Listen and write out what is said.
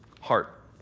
heart